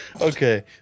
Okay